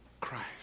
Christ